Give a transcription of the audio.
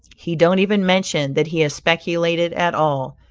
he don't even mention that he has speculated at all.